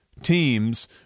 teams